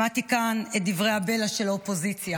שמעתי כאן את דברי הבלע של האופוזיציה.